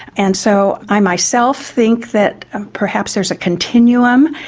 and so i myself think that perhaps there is a continuum,